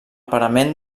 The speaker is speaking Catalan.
parament